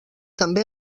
també